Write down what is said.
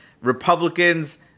Republicans